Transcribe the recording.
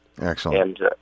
Excellent